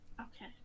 Okay